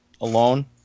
alone